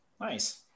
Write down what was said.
Nice